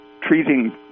treating